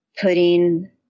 putting